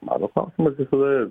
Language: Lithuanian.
manu klausimas visada